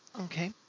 Okay